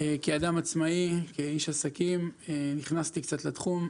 כאדם עצמאי ואיש עסקים, נכנסתי קצת לתחום.